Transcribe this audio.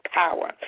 power